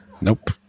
Nope